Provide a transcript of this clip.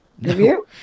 No